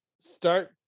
start